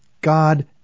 God